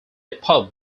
pub